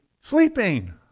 Sleeping